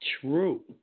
true